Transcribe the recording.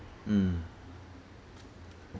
mm